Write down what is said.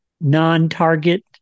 non-target